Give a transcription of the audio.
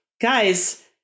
guys